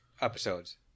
episodes